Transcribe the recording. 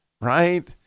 right